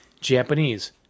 Japanese